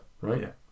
right